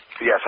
Yes